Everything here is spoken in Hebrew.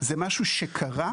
זה משהו שקרה,